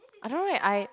I don't know leh I